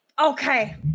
Okay